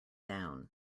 down